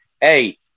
hey